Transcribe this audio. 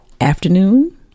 afternoon